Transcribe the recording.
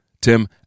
Tim